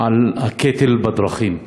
על הקטל בדרכים.